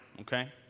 Okay